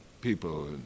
people